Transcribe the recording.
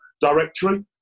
directory